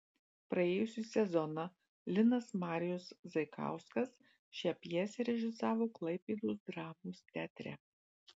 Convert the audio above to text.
praėjusį sezoną linas marijus zaikauskas šią pjesę režisavo klaipėdos dramos teatre